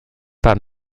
pas